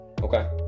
Okay